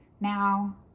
now